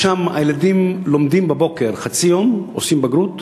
שם הילדים לומדים בבוקר, חצי יום לומדים לבגרות,